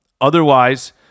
Otherwise